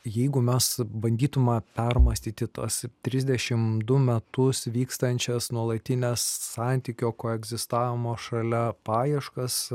jeigu mes bandytume permąstyti tuos trisdešim du metus vykstančias nuolatines santykio koegzistavimo šalia paieškas